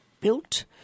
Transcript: built